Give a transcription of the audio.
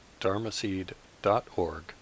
dharmaseed.org